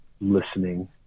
listening